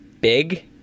big